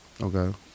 Okay